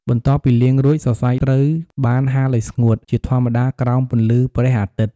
បន្ទាប់ពីលាងរួច សរសៃត្រូវបាន ហាលឱ្យស្ងួត ជាធម្មតាក្រោមពន្លឺព្រះអាទិត្យ។